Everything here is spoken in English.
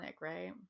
right